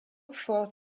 for